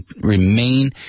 remain